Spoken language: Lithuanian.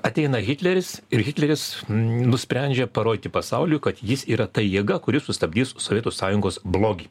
ateina hitleris ir hitleris nusprendžia parodyti pasauliui kad jis yra tai jėga kuri sustabdys sovietų sąjungos blogį